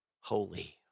holy